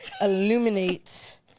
Illuminate